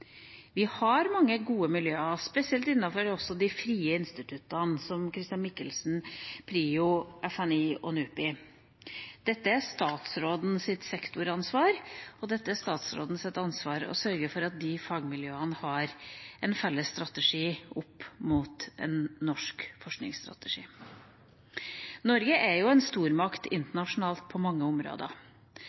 Vi har mange gode miljøer, spesielt innenfor de frie instituttene som Chr. Michelsens Institutt, PRIO, FNI og NUPI. Dette er statsrådens sektoransvar, og det er statsrådens ansvar å sørge for at fagmiljøene har en felles strategi opp mot en norsk forskningsstrategi. Norge er en stormakt internasjonalt på mange områder.